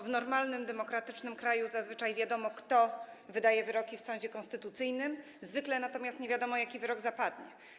W normalnym, demokratycznym kraju zazwyczaj wiadomo, kto wydaje wyroki w sądzie konstytucyjnym, zwykle natomiast nie wiadomo, jaki wyrok zapadnie.